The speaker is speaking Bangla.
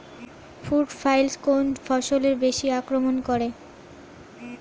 ফ্রুট ফ্লাই কোন ফসলে বেশি আক্রমন করে?